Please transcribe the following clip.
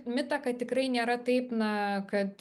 mitą kad tikrai nėra taip na kad